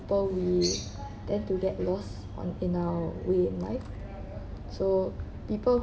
will tend to get lost on in our way of life so people